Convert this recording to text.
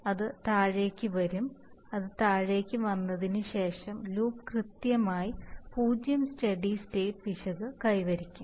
അത് താഴേയ്ക്ക് വരും അത് താഴേയ്ക്ക് വന്നതിനുശേഷം ലൂപ്പ് കൃത്യമായി പൂജ്യം സ്റ്റെഡി സ്റ്റേറ്റ് പിശക് കൈവരിക്കും